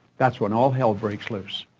that's when all hell breaks loose,